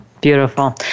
beautiful